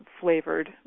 flavored